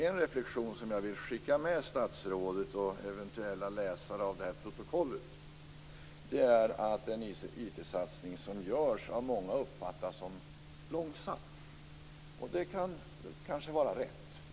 En reflexion som jag vill skicka med statsrådet och eventuella läsare av protokollet är att IT-satsningen av många uppfattas som långsam. Det är kanske riktigt.